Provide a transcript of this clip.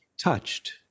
touched